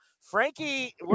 frankie